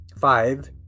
five